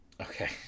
Okay